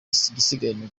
isigaje